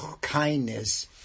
kindness